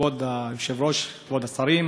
כבוד היושב-ראש, כבוד השרים,